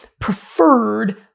preferred